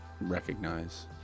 recognize